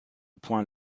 point